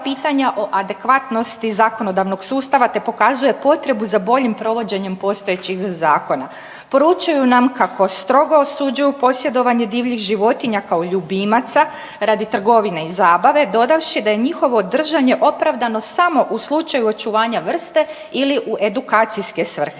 o adekvatnosti zakonodavnog sustava, te pokazuje potrebu za boljim provođenjem postojećih zakona. Poručuju nam kako strogo osuđuju posjedovanje divljih životinja kao ljubimaca radi trgovine i zabave dodavši da je njihovo držanje opravdano samo u slučaju očuvanja vrste ili u edukacijske svrhe.